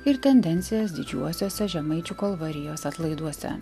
ir tendencijas didžiuosiuose žemaičių kalvarijos atlaiduose